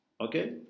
Okay